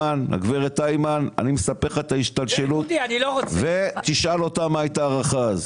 הגברת היימן, תשאל אותם מה הייתה ההערכה אז.